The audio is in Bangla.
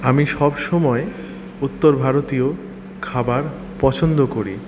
আমি সবসময় উত্তর ভারতীয় খাবার পছন্দ করি